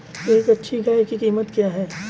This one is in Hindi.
एक अच्छी गाय की कीमत क्या है?